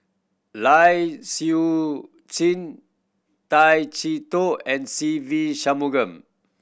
Lai Siu Chiu Tay Chee Toh and Se Ve Shanmugam